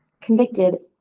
convicted